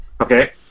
Okay